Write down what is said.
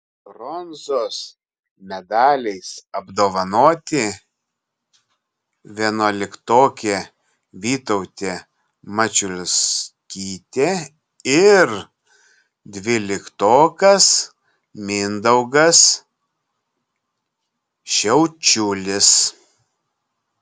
bronzos medaliais apdovanoti vienuoliktokė vytautė mačiulskytė ir dvyliktokas mindaugas šiaučiulis